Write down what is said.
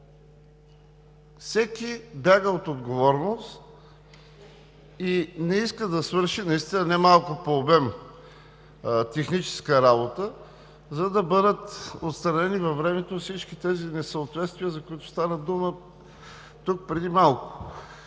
Всеки бяга от отговорност и не иска да свърши наистина немалка по обем техническа работа, за да бъдат отстранени във времето всички тези несъответствия, за които стана дума тук преди малко.